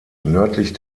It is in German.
nördlich